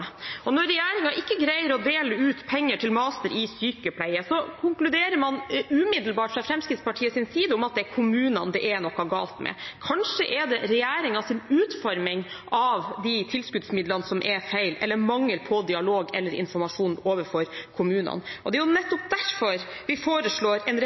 landet. Når regjeringen ikke greier å dele ut penger til master i sykepleie, konkluderer man umiddelbart fra Fremskrittspartiets side med at det er kommunene det er noe galt med. Kanskje er det regjeringens utforming av tilskuddsmidlene som er feil, eller mangel på dialog eller informasjon overfor kommunene. Det er nettopp derfor vi foreslår